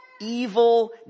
evil